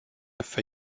for